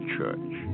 Church